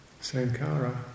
Sankara